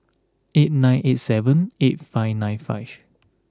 eight nine eight seven eight five nine five